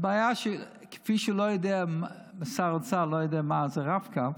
הבעיה היא שכפי ששר האוצר לא יודע מה זה רב-קו,